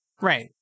right